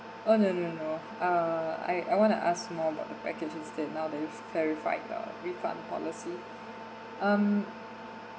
oh no no no uh I I want to ask more about the packages that now that you clarified the refund policy um